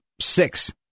six